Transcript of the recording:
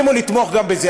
הם לא הסכימו לתמוך גם בזה.